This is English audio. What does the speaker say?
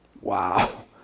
Wow